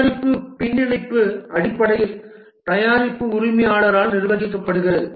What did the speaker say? தயாரிப்பு பின்னிணைப்பு அடிப்படையில் தயாரிப்பு உரிமையாளரால் நிர்வகிக்கப்படுகிறது